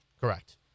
Correct